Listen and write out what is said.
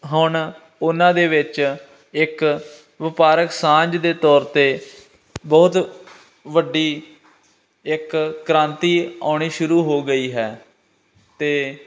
ਹੁਣ ਉਹਨਾਂ ਦੇ ਵਿੱਚ ਇੱਕ ਵਪਾਰਕ ਸਾਂਝ ਦੇ ਤੌਰ 'ਤੇ ਬਹੁਤ ਵੱਡੀ ਇੱਕ ਕ੍ਰਾਂਤੀ ਆਉਣੀ ਸ਼ੁਰੂ ਹੋ ਗਈ ਹੈ ਅਤੇ